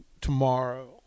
tomorrow